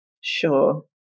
sure